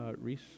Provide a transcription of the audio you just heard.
Reese